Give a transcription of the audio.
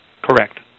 Correct